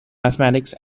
mathematics